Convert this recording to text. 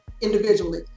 individually